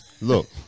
Look